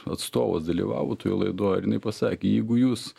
atstovas dalyvavo toj laidoj ir jinai pasakė jeigu jūs